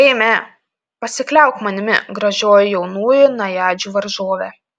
eime pasikliauk manimi gražioji jaunųjų najadžių varžove